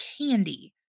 candy